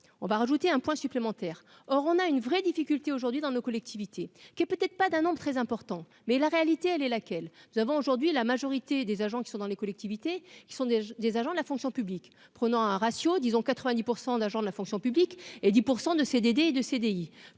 on va rajouter un point supplémentaire, or on a une vraie difficulté aujourd'hui dans nos collectivités qui est peut être pas d'un an de très important, mais la réalité elle est laquelle nous avons aujourd'hui la majorité des agents qui sont dans les collectivités, ils sont des des agents de la fonction publique, prenant un ratio disons 90 % d'agents de la fonction publique et 10 % de CDD 2 CDI